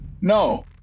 no